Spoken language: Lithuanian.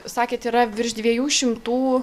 sakėt yra virš dviejų šimtų